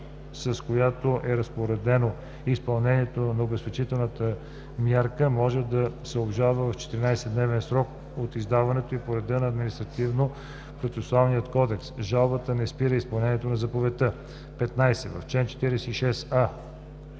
с която е разпоредено изпълнението на обезпечителна мярка, може да се обжалва в 14-дневен срок от издаването й по реда на Административнопроцесуалния кодекс. Жалбата не спира изпълнението на заповедта.“ 15. В чл.